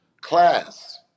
class